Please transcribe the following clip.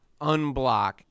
unblock